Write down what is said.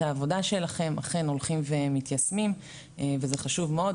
העבודה שלכם אכן הולכים ומתיישמים וזה חשוב מאוד,